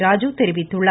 ராஜு தெரிவித்துள்ளார்